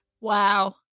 Wow